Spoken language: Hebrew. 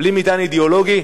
בלי מטען אידיאולוגי,